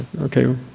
Okay